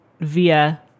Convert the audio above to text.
via